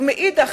ומאידך,